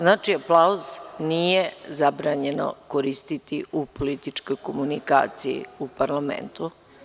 Znači, aplauz nije zabranjeno koristiti u političkoj komunikaciji u parlamentu.